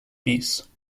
pis